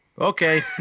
Okay